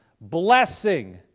blessing